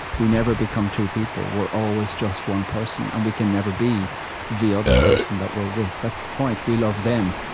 we never become two people we're always just one person, and we can never be the other person that we're with. that's the point we love them,